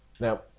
Now